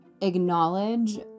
acknowledge